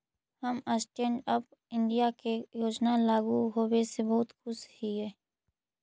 हम stand up India के योजना लागू होबे से बहुत खुश हिअई